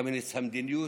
קמיניץ המדיניות,